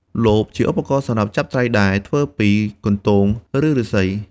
លប ជាឧបករណ៍សម្រាប់ចាប់ត្រីដែលធ្វើពីកន្ទោង ឬឫស្សី។